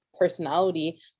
Personality